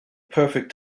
perfect